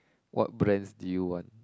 what brands do you want